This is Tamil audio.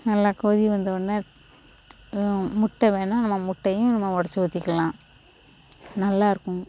நல்லா கொதி வந்தவொடன்னே முட்டை வேணா நம்ம முட்டையும் நம்ம உடச்சி ஊற்றிக்கலாம் நல்லாயிருக்கும்